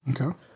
Okay